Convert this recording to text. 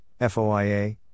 FOIA